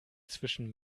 zwischen